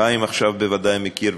חיים עכשיו בוודאי מכיר,